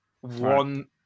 one